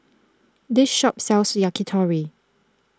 this shop sells Yakitori